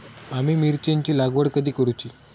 आम्ही मिरचेंची लागवड कधी करूची?